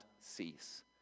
cease